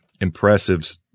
impressive